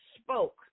spoke